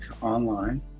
online